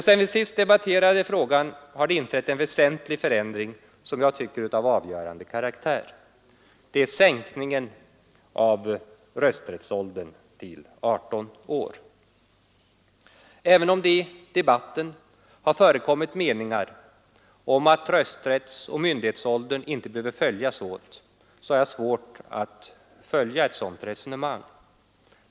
Sedan vi senast debatterade frågan har det inträtt en väsentlig förändring, som jag tycker är av avgörande karaktär. Jag syftar på sänkningen av rösträttsåldern till 18 år. Även om det i debatten har förekommit meningar om att rösträttsoch myndighetsåldern inte kunde följas åt, har jag svårt att instämma i ett sådant resonemang.